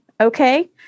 Okay